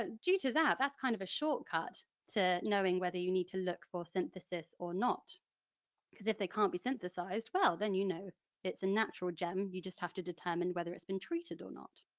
ah due to that, that's kind of a shortcut to knowing whether you need to look for synthesis or not because if they can't be synthesised then you know it's a natural gem, you just have to determine whether it's been treated or not.